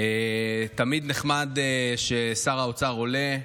תמיד נחמד ששר האוצר עולה.